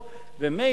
ומילא,